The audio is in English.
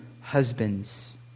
husbands